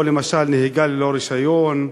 או למשל נהיגה ללא רישיון,